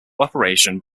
operation